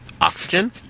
Oxygen